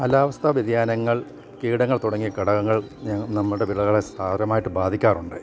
കാലാവസ്ഥ വ്യതിയാനങ്ങൾ കീടങ്ങൾ തുടങ്ങിയ ഘടകങ്ങൾ നമ്മുടെ വിളകളെ സാരമായിട്ട് ബാധിക്കാറുണ്ട്